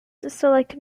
select